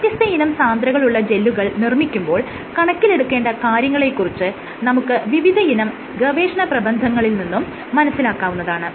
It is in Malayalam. വ്യത്യസ്തയിനം സാന്ദ്രതകളുള്ള ജെല്ലുകൾ നിർമ്മിക്കുമ്പോൾ കണക്കിലെടുക്കേണ്ട കാര്യങ്ങളെ കുറിച്ച് നമുക്ക് വിവിധയിനം ഗവേഷണ പ്രബന്ധങ്ങളിൽ നിന്നും മനസ്സിലാക്കാവുന്നതാണ്